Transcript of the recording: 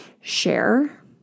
share